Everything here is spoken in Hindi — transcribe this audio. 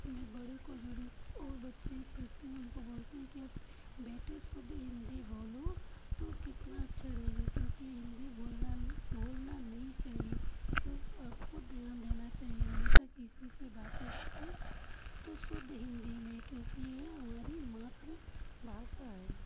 अपने बड़ों को जो भी और बच्चे सीखते हैं उनको वो बोलते हैं बेटे शुद्ध हिंदी बोलो तो कितना अच्छा रहेगा क्योंकि हिंदी बोलना भूलना नहीं चाहिए तो आपको ध्यान देना चाहिए हमेशा किसी से बाते करें तो शुद्ध हिंदी में करें क्योंकि ये हमारी मातृभाषा है